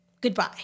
Goodbye